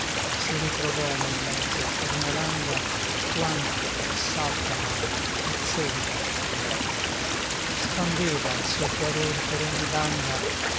si ritrovò nel mezzo ad una landa quanto foss'altra mai vezzosa e lieta spandeva il suo chiaror per ogni banda